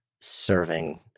serving